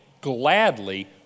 gladly